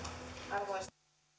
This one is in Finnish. arvoisa puhemies